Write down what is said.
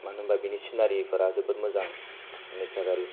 मानो होनबा बिनि सिनारिफोरा जोबोद मोजां नेसारेल